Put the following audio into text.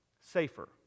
safer